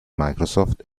microsoft